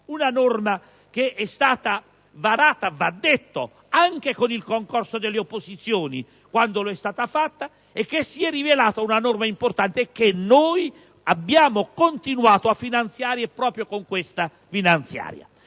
edilizie, che è stata varata, va detto, anche con il concorso delle opposizioni quando è stata fatta e che si è rivelata una norma importante che continuiamo a finanziare proprio con questa manovra.